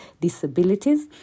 disabilities